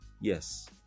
Yes